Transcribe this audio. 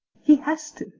he has to.